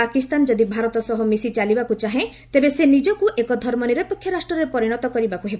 ପାକିସ୍ତାନ ଯଦି ଭାରତ ସହ ମିଶି ଚାଲିବାକୁ ଚାହେଁ ତେବେ ସେ ନିଜକୁ ଏକ ଧର୍ମନିରପେକ୍ଷ ରାଷ୍ଟ୍ରରେ ପରିଣତ କରିବାକୁ ହେବ